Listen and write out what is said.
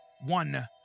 one